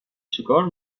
چکار